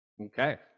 Okay